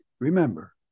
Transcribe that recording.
Remember